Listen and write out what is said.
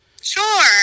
Sure